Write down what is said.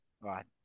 Right